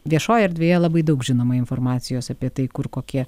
viešoj erdvėje labai daug žinoma informacijos apie tai kur kokie